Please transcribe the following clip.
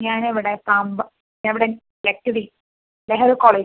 ഞാൻ ഇവിടെ പാമ്പ് എവിടെ ലക്കടി നെഹ്റു കോളേജ്